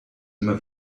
immer